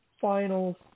finals